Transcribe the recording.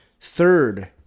Third